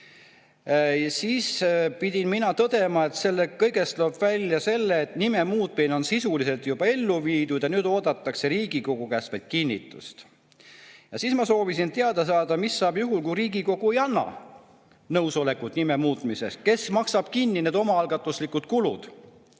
Siis pidin mina tõdema, et sellest kõigest loeb välja selle, et nime muutmine on sisuliselt juba ellu viidud ja nüüd oodatakse Riigikogu käest vaid kinnitust. Ma soovisin teada saada, mis saab juhul, kui Riigikogu ei anna nõusolekut nime muutmiseks. Kes maksab kinni need omaalgatuslikud kulud?